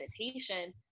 meditation